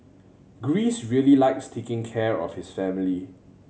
Greece really likes taking care of his family